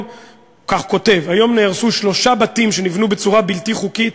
כך הוא כותב: היום נהרסו שלושה בתים שנבנו בצורה בלתי חוקית,